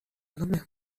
الان